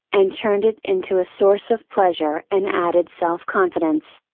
and turned it into a source of pleasure and added self confidence.